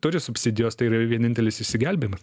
turi subsidijos tai yra vienintelis išsigelbėjimas